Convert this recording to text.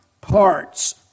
parts